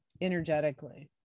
energetically